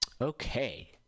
Okay